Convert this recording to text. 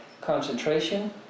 concentration